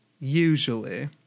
Usually